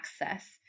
access